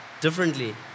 differently